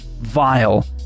vile